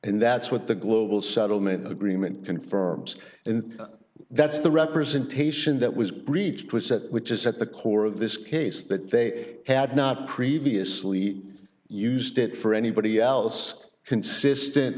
and that's what the global settlement agreement confirms and that's the representation that was breached which said which is at the core of this case that they had not previously used it for anybody else consistent